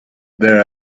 there